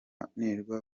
tutananirwa